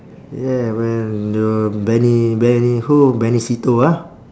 yeah when the benny benny who benny se teo ah